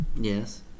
Yes